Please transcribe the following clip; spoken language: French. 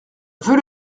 veux